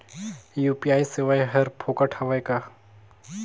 UPI सेवाएं हर फोकट हवय का?